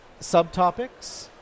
subtopics